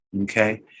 Okay